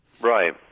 Right